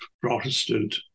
Protestant